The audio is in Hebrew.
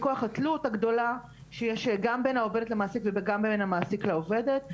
מכוח התלות הגדולה שיש גם בין העובדת למעסיק וגם בין המעסיק לעובדת.